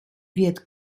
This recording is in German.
wird